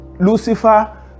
lucifer